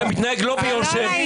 אתה מתנהג לא ביושר.